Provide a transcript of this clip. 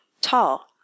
tall